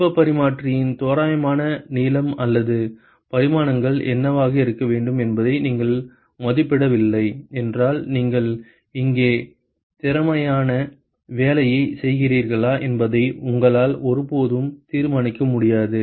வெப்பப் பரிமாற்றியின் தோராயமான நீளம் அல்லது பரிமாணங்கள் என்னவாக இருக்க வேண்டும் என்பதை நீங்கள் மதிப்பிடவில்லை என்றால் நீங்கள் இங்கே திறமையான வேலையைச் செய்கிறீர்களா என்பதை உங்களால் ஒருபோதும் தீர்மானிக்க முடியாது